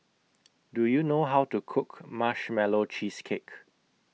Do YOU know How to Cook Marshmallow Cheesecake